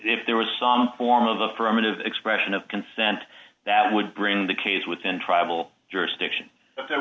if there was some form of affirmative expression of consent that would bring the case within tribal jurisdiction